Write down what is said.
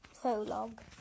Prologue